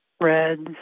reds